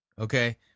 okay